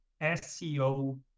SEO